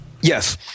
Yes